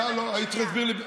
אתה, לא, היית צריך להסביר לי.